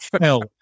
fell